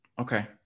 Okay